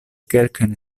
kelkajn